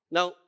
Now